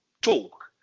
talk